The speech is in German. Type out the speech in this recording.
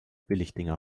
billigdinger